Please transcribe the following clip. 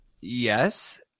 yes